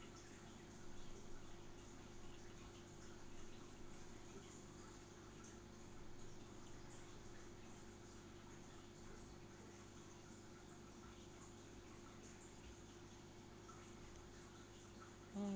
mm